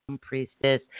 priestess